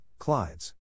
Clydes